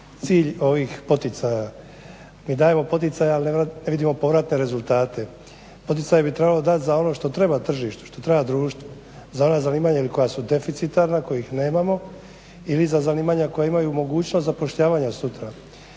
cilj ovih poticaja. Mi dajemo poticaje ali ne vidimo povratne rezultate. Poticaje bi trebalo dat za ono što treba tržištu, što treba društvu, za ona zanimanja koja su deficitarna, kojih nemamo ili za zanimanja koja imaju mogućnost zapošljavanja sutra.